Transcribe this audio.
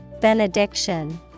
Benediction